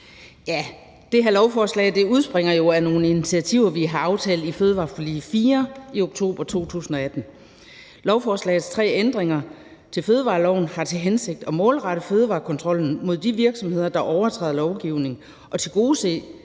Det her lovforslag udspringer jo af nogle initiativer, vi har aftalt i »Fødevareforlig 4« i oktober 2018. Lovforslagets tre ændringer til fødevareloven har til hensigt at målrette fødevarekontrollen mod de virksomheder, der overtræder lovgivningen, og tilgodese